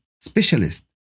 specialist